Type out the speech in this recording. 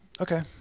okay